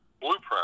blueprint